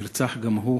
נרצח גם הוא